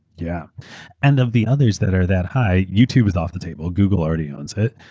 yeah and of the others that are that high, youtube is off the table, google already owns it,